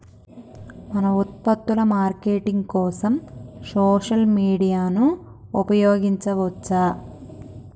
మన ఉత్పత్తుల మార్కెటింగ్ కోసం సోషల్ మీడియాను ఉపయోగించవచ్చా?